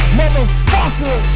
motherfucker